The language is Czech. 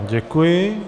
Děkuji.